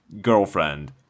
girlfriend